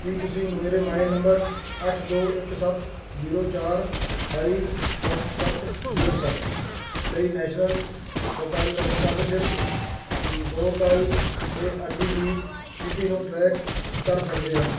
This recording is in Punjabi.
ਕੀ ਤੁਸੀਂ ਮੇਰੇ ਮੋਬਾਈਲ ਨੰਬਰ ਅੱਠ ਦੋ ਇੱਕ ਸੱਤ ਜ਼ੀਰੋ ਚਾਰ ਫਾਈਵ ਸੱਤ ਸੱਤ ਜ਼ੀਰੋ ਸੱਤ ਲਈ ਨੈਸ਼ਨਲ ਸਕਾਲ ਸਕਾਲਰਸ਼ਿਪ ਪੋਰਟਲ 'ਤੇ ਅਰਜ਼ੀ ਦੀ ਸਥਿਤੀ ਨੂੰ ਟਰੈਕ ਕਰ ਸਕਦੇ ਹਾਂ